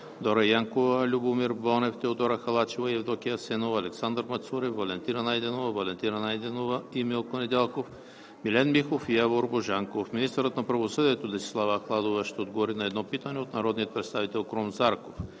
Дора Янкова, Любомир Бонев, Теодора Халачева и Евдокия Асенова; Александър Мацурев; Валентина Найденова; Валентина Найденова и Милко Недялков; Милен Михов; и Явор Божанков. 2. Министърът на правосъдието Десислава Ахладова ще отговори на едно питане от народния представител Крум Зарков.